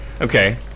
okay